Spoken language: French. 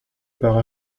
par